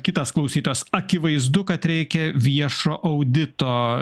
kitas klausytos akivaizdu kad reikia viešo audito